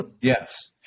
Yes